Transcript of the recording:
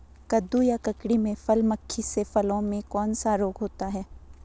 कद्दू या ककड़ी में फल मक्खी से फलों में कौन सा रोग होता है?